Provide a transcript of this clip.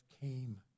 came